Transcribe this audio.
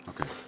Okay